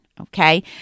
okay